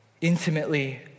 intimately